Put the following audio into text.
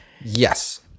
Yes